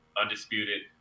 Undisputed